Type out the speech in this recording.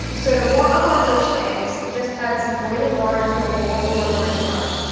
so to warm up our poached eggs just add some boiling water to a bowl or large mug,